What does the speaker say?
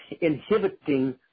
inhibiting